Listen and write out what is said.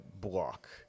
block